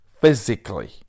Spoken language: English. Physically